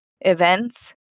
events